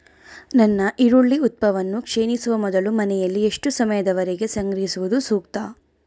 ನನ್ನ ಈರುಳ್ಳಿ ಉತ್ಪನ್ನವು ಕ್ಷೇಣಿಸುವ ಮೊದಲು ಮನೆಯಲ್ಲಿ ಎಷ್ಟು ಸಮಯದವರೆಗೆ ಸಂಗ್ರಹಿಸುವುದು ಸೂಕ್ತ?